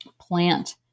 plant